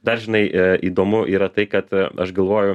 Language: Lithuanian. dar žinai įdomu yra tai kad aš galvoju